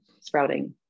sprouting